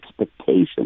expectation